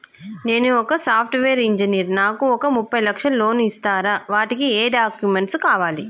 నేను ఒక software engineer నాకు ఒక ముప్పై లక్షల లోన్ ఇస్తరా? వాటికి ఏం డాక్యుమెంట్స్ కావాలి?